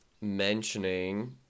mentioning